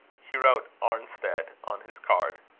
he wrote arnstead on his card.